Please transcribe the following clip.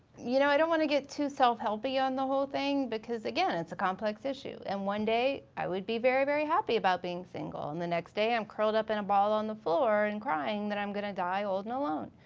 you know i don't wanna get too self-helpey on the whole thing because again, it's a complex issue. and one day i would be very, very happy about being single, and the next day i'm curled up in a ball on the floor and crying that i'm gonna die old and alone.